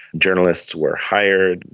journalists were hired,